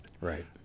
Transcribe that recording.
Right